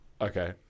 Okay